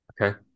Okay